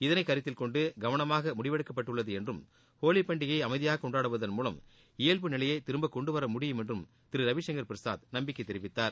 இதனை கருத்தில் கொண்டு கவனமாக முடிவெடுக்கப்பட்டுள்ளது என்றும் ஹோலி பண்டிகையை அமைதியாக கொண்டாடுவதன் மூலம் இயல்பு நிலையை திரும்பக் கொண்டுவர முடியும் என்றும் திரு ரவிசங்கர் பிரசாத் நம்பிக்கை தெரிவித்தார்